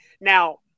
now